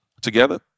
together